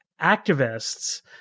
activists